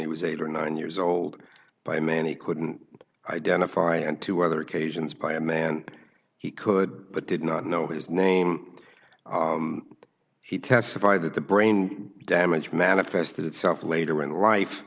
he was eight or nine years old by a man he couldn't identify and two other occasions by a man he could but did not know his name he testified that the brain damage manifested itself later in life